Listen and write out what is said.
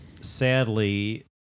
sadly